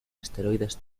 esteroides